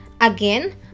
Again